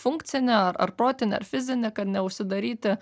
funkcinį ar protinį ar fizinį kad neužsidaryti